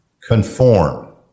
conform